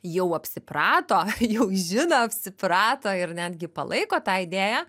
jau apsiprato jau žino apsiprato ir netgi palaiko tą idėją